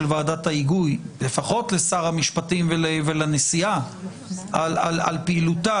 ועדת ההיגוי - לפחות לשר המשפטים ולנשיאה - על פעילותה,